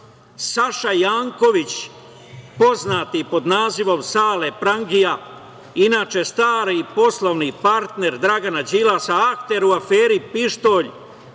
Saša Janković poznat pod nazivom Sale prangija, inače stari poslovni partner Dragana Đilasa, akter u aferi „Pištolj“